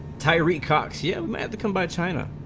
tyree cox yell at them by china